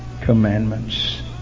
commandments